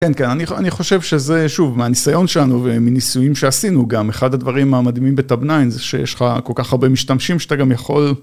כן, כן, אני ח.. אני חושב שזה, שוב, מהניסיון שלנו ומניסויים שעשינו גם, אחד הדברים המדהימים בtab9 זה שיש לך כל כך הרבה משתמשים שאתה גם יכול...